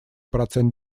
процент